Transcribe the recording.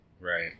right